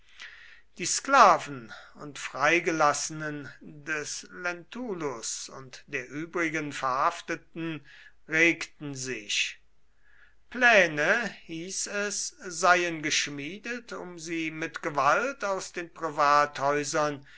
die sklaven und freigelassenen des lentulus und der übrigen verhafteten regten sich pläne hieß es seien geschmiedet um sie mit gewalt aus den privathäusern